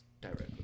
directly